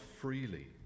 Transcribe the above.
freely